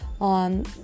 on